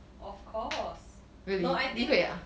of course no I think